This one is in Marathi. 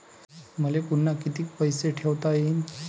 मले पुन्हा कितीक पैसे ठेवता येईन?